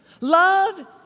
Love